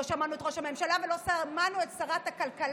לא שמענו את ראש הממשלה ולא שמענו את שרת הכלכלה.